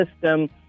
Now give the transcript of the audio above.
system